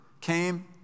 came